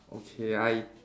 okay I